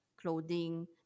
clothing